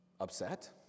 Upset